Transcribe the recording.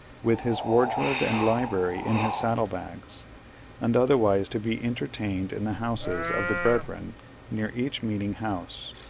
with his wardrobe and library in his saddle-bags and otherwise to be entertained in the houses of the brethren near each meeting-house.